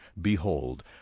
Behold